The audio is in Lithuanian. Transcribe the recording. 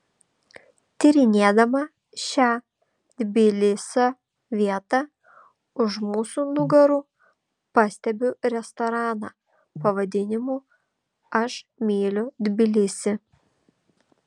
tyrinėdama šią tbilisio vietą už mūsų nugarų pastebiu restoraną pavadinimu aš myliu tbilisį